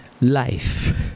life